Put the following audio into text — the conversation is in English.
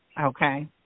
Okay